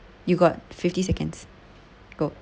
you got fifty seconds go